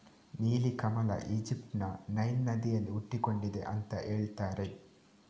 ನೀಲಿ ಕಮಲ ಈಜಿಪ್ಟ್ ನ ನೈಲ್ ನದಿಯಲ್ಲಿ ಹುಟ್ಟಿಕೊಂಡಿದೆ ಅಂತ ಹೇಳ್ತಾರೆ